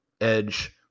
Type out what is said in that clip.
edge